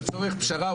לצורך פשרה,